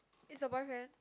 is your boyfriend